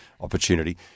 opportunity